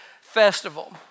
festival